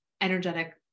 energetic